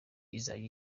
izajya